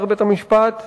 אומר בית-המשפט העליון,